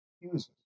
uses